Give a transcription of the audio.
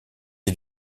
est